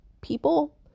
people